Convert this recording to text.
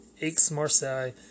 Aix-Marseille